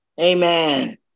Amen